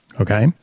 okay